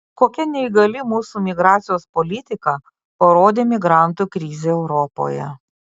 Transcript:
kokia neįgali mūsų migracijos politika parodė migrantų krizė europoje